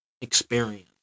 experience